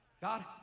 God